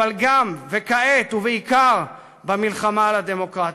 אבל גם, וכעת בעיקר, במלחמה על הדמוקרטיה.